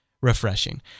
refreshing